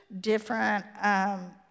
different